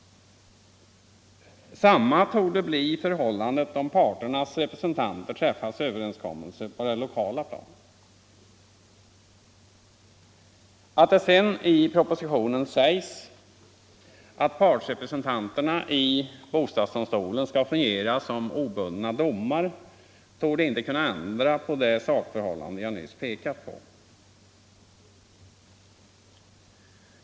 Samma torde bli fallet om parternas representanter träffat överenskommelse på det lokala planet. Att det sedan i propositionen sägs att partsrepresentanterna i bostadsdomstolen skall fungera som obundna domare torde inte kunna ändra på det sakförhållande jag nu pekat på.